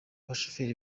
abashoferi